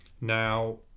Now